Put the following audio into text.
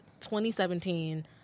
2017